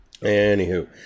Anywho